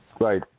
Right